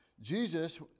Jesus